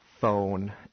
phone